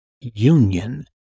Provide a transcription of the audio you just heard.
union